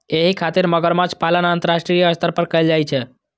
एहि खातिर मगरमच्छ पालन अंतरराष्ट्रीय स्तर पर कैल जाइ छै